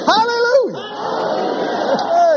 Hallelujah